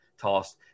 tossed